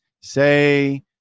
Say